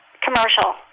commercial